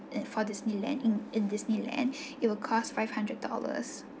for disneyland in in disneyland it'll cost five hundred dollars